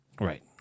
Right